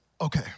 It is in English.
okay